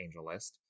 AngelList